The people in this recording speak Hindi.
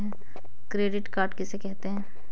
क्रेडिट कार्ड किसे कहते हैं?